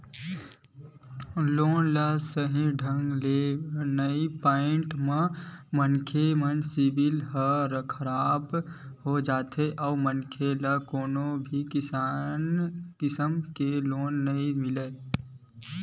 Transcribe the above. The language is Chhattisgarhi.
लोन ल सहीं ढंग ले नइ पटाए म मनखे के सिविल ह खराब हो जाथे अउ मनखे ल कोनो भी किसम के लोन नइ मिलय